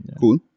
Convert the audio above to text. cool